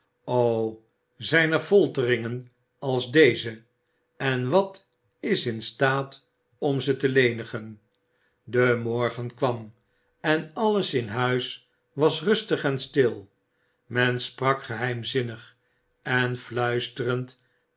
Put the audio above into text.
o zijn er folteringen als deze en wat is in staat om ze te lenigen de morgen kwam en alles in huis was rustig en stil men sprak geheimzinnig en fluisterend